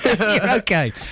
Okay